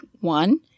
One